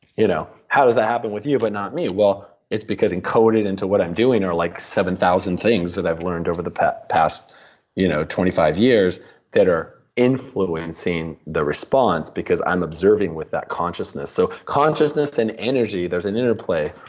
you know how does that happen with you but not me? well, it's because encoded into what i'm doing are like seven thousand things that i've learned over the past past you know twenty five years that are influencing the response because i'm observing with that consciousness. so consciousness and energy there's an interplay,